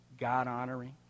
God-honoring